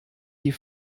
die